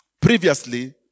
Previously